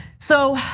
so,